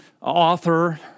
author